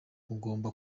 ugomba